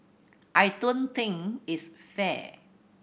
I don't think it's fair